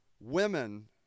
women